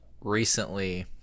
recently